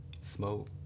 smoke